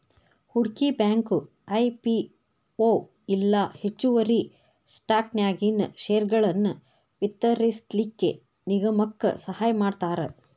ಹೂಡ್ಕಿ bank IPO ಇಲ್ಲಾ ಹೆಚ್ಚುವರಿ ಸ್ಟಾಕನ್ಯಾಗಿನ್ ಷೇರ್ಗಳನ್ನ ವಿತರಿಸ್ಲಿಕ್ಕೆ ನಿಗಮಕ್ಕ ಸಹಾಯಮಾಡ್ತಾರ